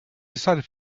decided